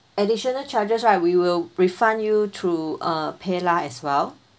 additional charges right we will refund you through uh paylah as well